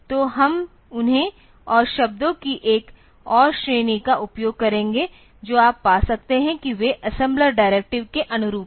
तो हम उन्हें और शब्दों की एक और श्रेणी का उपयोग करेंगे जो आप पा सकते हैं कि वे असेम्बलर डिरेक्टिवेस के अनुरूप हैं